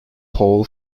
paul